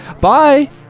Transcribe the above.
bye